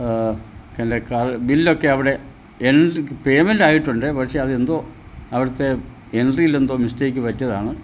എൻറ്റെ കാർ ബില്ലൊക്കെ അവിടെ എൻറ്റെ പേമെൻറ്റായിട്ടുണ്ട് പക്ഷേ അത് എന്തോ അവിടുത്തെ എണ്ട്രിയിലെന്തോ മിസ്റ്റേക്ക് പറ്റിയതാണ്